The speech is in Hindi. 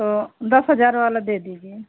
वह दस हज़ार वाला दे दीजिए